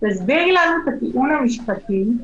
תסבירי לנו את הטיעון המשפטי,